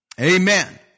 Amen